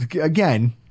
again